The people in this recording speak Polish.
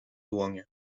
dłonie